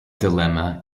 dilemma